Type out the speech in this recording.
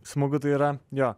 smagu tai yra jo